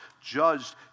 judged